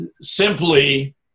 simply